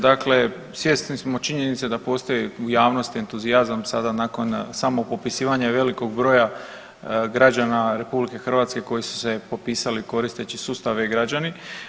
Dakle, svjesni smo činjenice da postoji u javnosti entuzijazam sada nakon samopopisivanja i velikog broja građana RH koji su se popisali koristeći sustav e-građani.